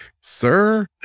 sir